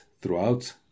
throughout